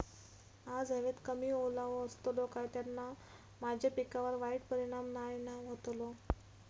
आज हवेत कमी ओलावो असतलो काय त्याना माझ्या पिकावर वाईट परिणाम नाय ना व्हतलो?